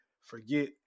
forget